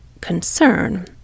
concern